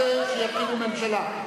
אתה רוצה שיקימו ממשלה.